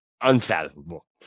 unfathomable